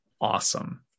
awesome